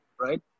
right